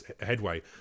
headway